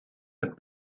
the